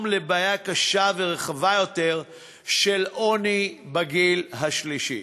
של בעיה קשה ורחבה יותר של עוני בגיל השלישי.